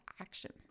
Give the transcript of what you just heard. action